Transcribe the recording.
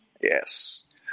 Yes